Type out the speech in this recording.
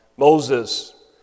Moses